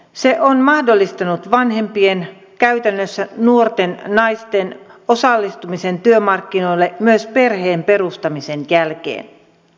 se on mahdollistanut vanhempien käytännössä nuorten naisten osallistumisen työmarkkinoille myös perheen perustamisen jälkeen